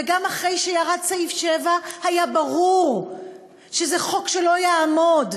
וגם אחרי שירד סעיף 7 היה ברור שזה חוק שלא יעמוד.